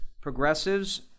progressives